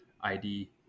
id